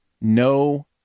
no